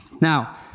Now